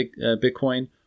Bitcoin